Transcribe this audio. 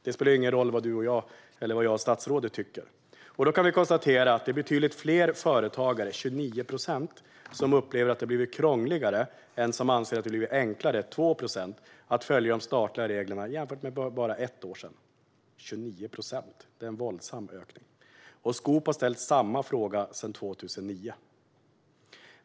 Det spelar ingen roll vad jag och statsrådet tycker. Då kan vi konstatera att det är betydligt fler företagare - 29 procent - som upplever att det har blivit krångligare än som upplever att det har blivit enklare - 2 procent - att följa de statliga reglerna jämfört med hur det var för bara ett år sedan. 29 procent är en våldsamt stor ökning. Och Skop har ställt samma fråga sedan 2009.